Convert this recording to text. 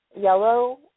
yellow